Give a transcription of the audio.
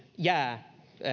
jää